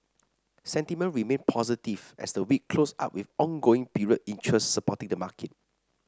sentiment remained positive as the week closed out with ongoing period interest supporting the market